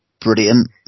brilliant